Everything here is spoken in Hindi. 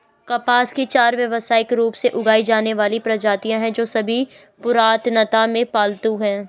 कपास की चार व्यावसायिक रूप से उगाई जाने वाली प्रजातियां हैं, जो सभी पुरातनता में पालतू हैं